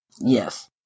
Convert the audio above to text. Yes